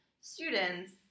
students